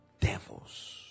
Devils